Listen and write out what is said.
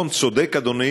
למה?